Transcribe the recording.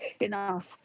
enough